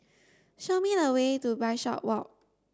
show me the way to Bishopswalk